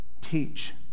Teach